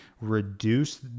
reduce